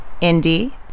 Indy